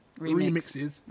remixes